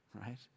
right